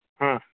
ಹಾಂ